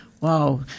Wow